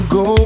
go